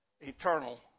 eternal